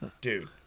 dude